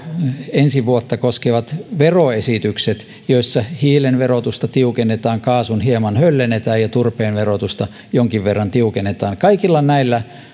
ensi vuotta koskevat veroesitykset joissa hiilen verotusta tiukennetaan kaasun hieman höllennetään ja turpeen verotusta jonkin verran tiukennetaan kaikilla näillä